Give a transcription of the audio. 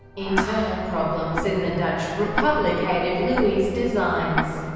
internal problems in the dutch republic aided louis' designs.